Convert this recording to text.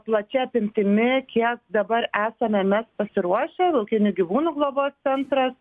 plačia apimtimi kiek dabar esame mes pasiruošę laukinių gyvūnų globos centras